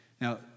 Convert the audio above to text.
Now